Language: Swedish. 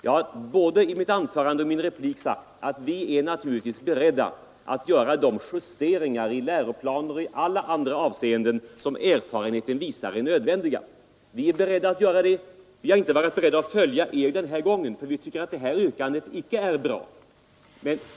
Jag har både i mitt anförande och i min replik sagt att vi naturligtvis är beredda att göra de justeringar i läroplaner och alla andra avseenden som erfarenheten visar är nödvändiga. Men vi har inte varit beredda att följa er den här gången, därför att vi icke tycker att det här yrkandet är bra.